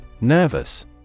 Nervous